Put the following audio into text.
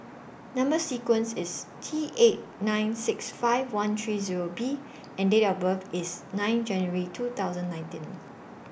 Number sequence IS T eight nine six five one three Zero B and Date of birth IS nine January two thousand and nineteen